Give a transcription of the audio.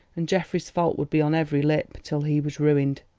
and geoffrey's fault would be on every lip, till he was ruined.